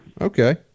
Okay